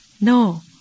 No